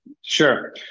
Sure